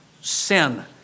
sin